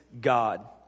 God